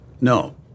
No